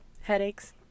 headaches